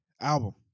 album